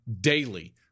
daily